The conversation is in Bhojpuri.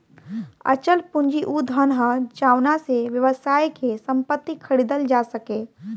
अचल पूंजी उ धन ह जावना से व्यवसाय के संपत्ति खरीदल जा सके